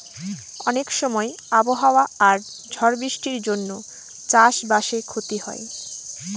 অনেক সময় আবহাওয়া আর ঝড় বৃষ্টির জন্য চাষ বাসে ক্ষতি হয়